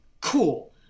cool